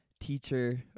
teacher